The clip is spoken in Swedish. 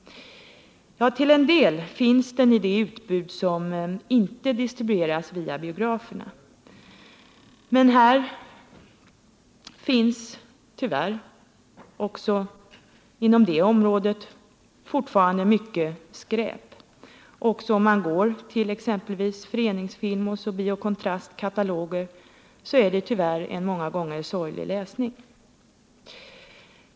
Ja, till en del finns den i det utbud som inte distribueras via biograferna. Men här finns tyvärr, också inom det området, fortfarande mycket skräp. Också om man går till exempelvis Föreningsfilms och Bio Kontrasts kataloger, är det tyvärr en många gånger sorglig läsning.